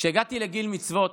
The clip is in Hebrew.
כשהגעתי לגיל מצוות,